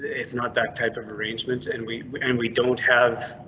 it's not that type of arrangement, and we and we don't have.